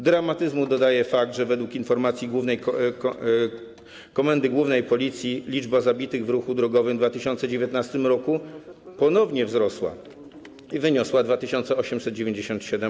Dramatyzmu dodaje fakt, że według informacji Komendy Głównej Policji liczba zabitych w ruchu drogowym w 2019 r. ponownie wzrosła i wyniosła 2897.